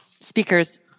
speakers